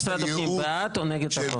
משרד הפנים בעד או נגד החוק?